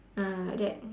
ah like that